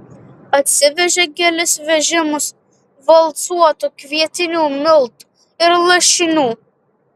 atsivežė kelis vežimus valcuotų kvietinių miltų ir lašinių